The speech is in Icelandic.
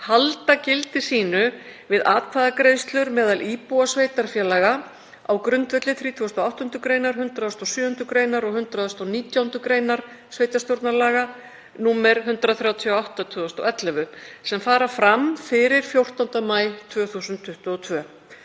halda gildi sínu við atkvæðagreiðslur meðal íbúa sveitarfélaga á grundvelli 38. gr., 107. gr. og 119. gr. sveitarstjórnarlaga, nr. 138/2011, sem fara fram fyrir 14. maí 2022.